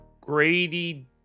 Grady